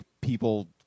people